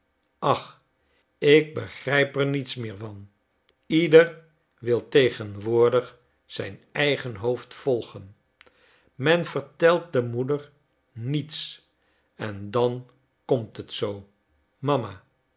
ach ik begrijp er niets meer van ieder wil tegenwoordig zijn eigen hoofd volgen men vertelt de moeder niets en dan komt het zoo mama